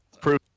Proof